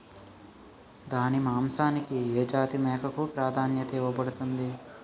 దాని మాంసానికి ఏ జాతి మేకకు ప్రాధాన్యత ఇవ్వబడుతుంది?